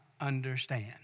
understand